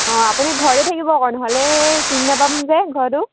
অঁ আপুনি ঘৰতে থাকিব আকৌ নহ'লে চিনি নাপাম যে ঘৰটো